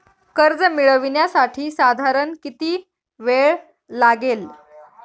कर्ज मिळविण्यासाठी साधारण किती वेळ लागेल?